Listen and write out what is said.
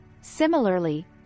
Similarly